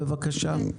בבקשה.